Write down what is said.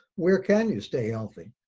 where can you stay healthy?